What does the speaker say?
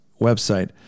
website